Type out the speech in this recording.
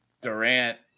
Durant